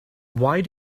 why